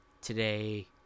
today